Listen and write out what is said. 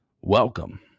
welcome